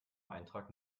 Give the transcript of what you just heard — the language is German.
eintrag